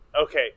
Okay